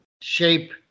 shape